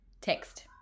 Text